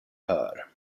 hör